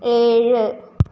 ഏഴ്